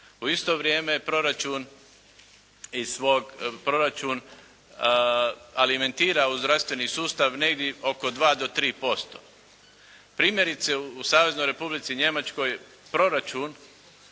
U isto vrijeme je proračun, alimentira u zdravstveni sustav negdje oko 2, do 3%. Primjerice u Saveznoj Republici Njemačkoj, proračun